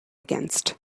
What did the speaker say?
against